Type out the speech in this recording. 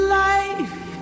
life